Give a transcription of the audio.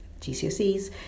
GCSEs